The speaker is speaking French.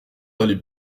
d’aller